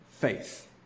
faith